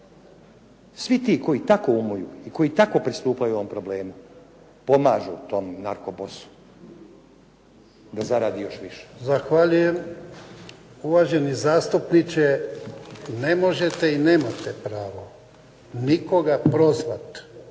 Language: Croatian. Svi ti koji tako umuju i koji tako pristupaju ovom problemu, pomažu tom narkobosu, da zaradi još više. **Jarnjak, Ivan (HDZ)** Zahvaljujem. Uvaženi zastupniče, ne možete i nemate pravo nikoga prozvati